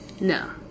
No